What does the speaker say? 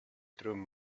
bedroom